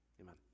amen